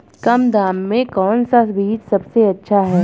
कम दाम में कौन सा बीज सबसे अच्छा है?